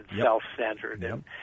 self-centered